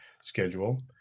schedule